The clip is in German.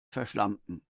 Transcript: verschlampen